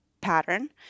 pattern